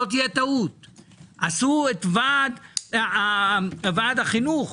עשו את ועד החינוך,